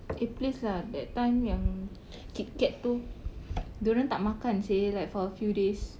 eh please lah that time yang KitKat itu dia orang tak makan seh like for a few days